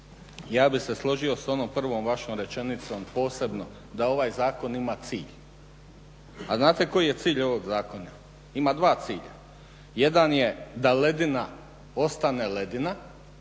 Ja bih se složio s onom prvom vašom rečenicom posebno da ovaj zakon ima cilj, a znate koji je cilj ovog zakona, ima dva cilja. Jedan je da ledina ostane ledina,